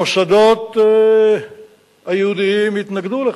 המוסדות היהודיים התנגדו לכך,